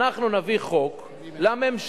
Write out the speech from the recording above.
אנחנו נביא חוק לממשלה,